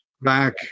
back